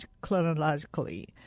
chronologically